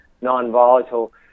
non-volatile